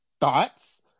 thoughts